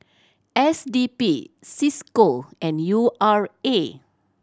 S D P Cisco and U R A